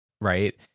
right